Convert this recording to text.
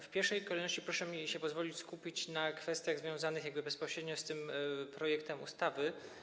W pierwszej kolejności proszę mi pozwolić skupić się na kwestiach związanych bezpośrednio z tym projektem ustawy.